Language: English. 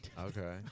Okay